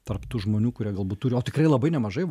tarp tų žmonių kurie galbūt turi o tikrai labai nemažai